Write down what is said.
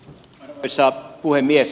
arvoisa puhemies